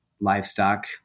livestock